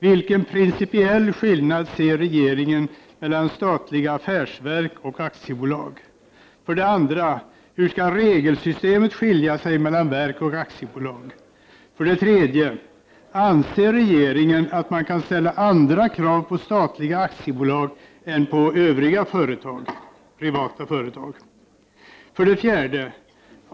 Vilken principiell skillnad ser regeringen mellan statliga affärsverk och aktiebolag? 2. Hur skall regelsystemet skilja sig mellan verk och aktiebolag? 3. Anser regeringen att man kan ställa andra krav på statliga aktiebolag än på övriga företag — privata företag? 4.